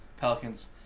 Pelicans